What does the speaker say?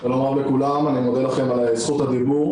שלום רב לכולם, אני מודה לכם על זכות הדיבור.